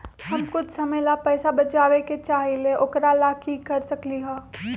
हम कुछ समय ला पैसा बचाबे के चाहईले ओकरा ला की कर सकली ह?